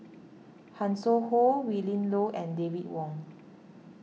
Hanson Ho Willin Low and David Wong